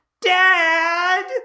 Dad